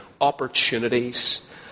opportunities